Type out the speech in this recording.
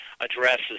addresses